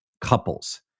couples